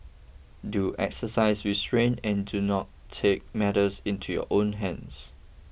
do exercise restraint and do not take matters into your own hands